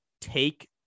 take